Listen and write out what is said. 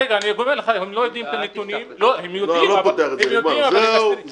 הם יודעים, אבל הם מסתירים.